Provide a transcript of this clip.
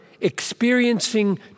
experiencing